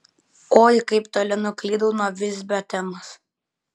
oi kaip toli nuklydau nuo visbio temos